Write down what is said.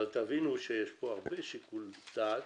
תבינו שיש פה הרבה שיקול דעת,